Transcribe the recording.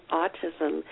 autism